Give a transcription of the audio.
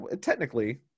Technically